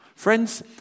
Friends